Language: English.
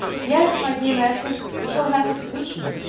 yes, my dear maitre, you shall have the solution.